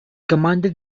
commanded